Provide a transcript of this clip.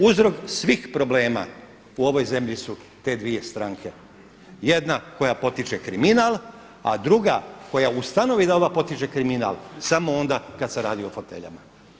Uzrok svih problema u ovoj zemlji su te dvije stranke, jedna koja potiče kriminal, a druga koja ustanovi da ova potiče kriminal samo onda kada se radi o foteljama.